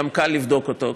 גם קל לבדוק אותו,